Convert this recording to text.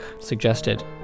suggested